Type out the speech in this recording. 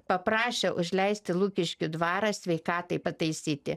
paprašė užleisti lukiškių dvarą sveikatai pataisyti